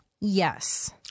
Yes